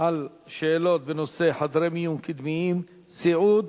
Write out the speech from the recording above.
על שאלות בנושא חדרי מיון קדמיים, סיעוד